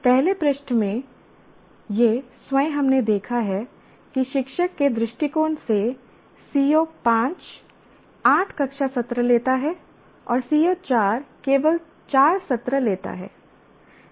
पहले पृष्ठ में यह स्वयं हमने देखा है कि शिक्षक के दृष्टिकोण में CO58 कक्षा सत्र लेता है और CO4 केवल 4 सत्र लेता है